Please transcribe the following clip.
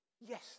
Yes